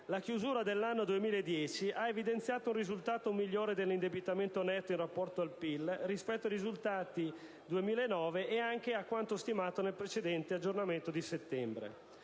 la chiusura dell'anno 2010 ha evidenziato un risultato migliore dell'indebitamento netto in rapporto al PIL, rispetto ai risultati 2009 e anche a quanto stimato nel precedente aggiornamento di settembre.